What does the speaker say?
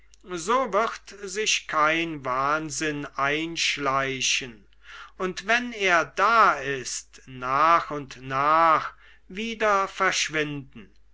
so wird sich kein wahnsinn einschleichen und wenn er da ist nach und nach wieder verschwinden